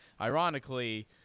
ironically